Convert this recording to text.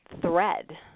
thread